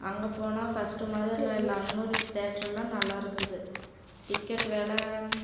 அங்கே போனால் ஃபஸ்ட்டு முதல்ல இல்லை அன்னூருக்கு தேர்ட்டருலாம் நல்லாயிருக்குது டிக்கெட் வெலை